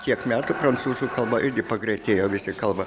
kiek metų prancūzų kalba irgi pagreitėjo visi kalba